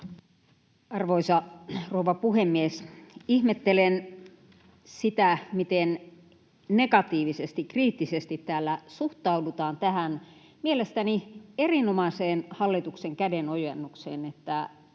Arvoisa rouva puhemies! Ihmettelen sitä, miten negatiivisesti, kriittisesti, täällä suhtaudutaan tähän mielestäni erinomaiseen hallituksen kädenojennukseen, että